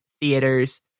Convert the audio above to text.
theaters